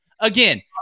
again